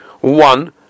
one